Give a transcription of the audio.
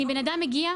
אם בן אדם מגיע,